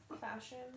fashion